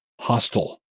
hostile